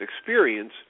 experience